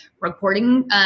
recording